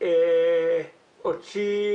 כעת גם במוסדות תכנון נוספים וזורקים לשם עוד ועוד יוזמות,